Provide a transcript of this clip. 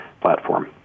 platform